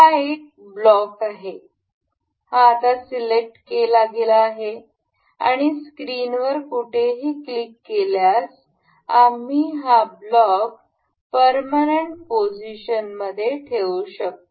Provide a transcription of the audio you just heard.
हा एक ब्लॉक आहे हा आता सिलेक्ट केला गेला आहे आणि स्क्रीनवर कुठेही क्लिक केल्यास आम्ही हा ब्लॉक परमनंट पोझिशन मध्ये ठेवू शकतो